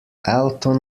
alton